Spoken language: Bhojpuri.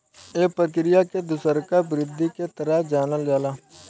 ए प्रक्रिया के दुसरका वृद्धि के तरह जानल जाला